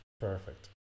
Perfect